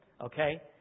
Okay